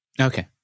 Okay